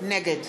נגד